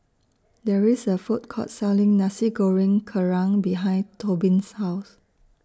There IS A Food Court Selling Nasi Goreng Kerang behind Tobin's House